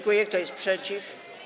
Kto jest przeciw?